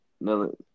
No